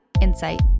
insight